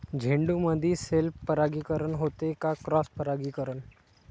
झेंडूमंदी सेल्फ परागीकरन होते का क्रॉस परागीकरन?